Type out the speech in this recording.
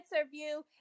Interview